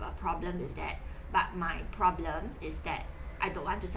a problem with that but my problem is that I don't want to sell